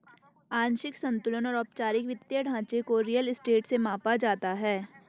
आंशिक संतुलन और औपचारिक वित्तीय ढांचे को रियल स्टेट से मापा जाता है